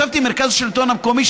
ישבתי עם מרכז השלטון המקומי,